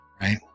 Right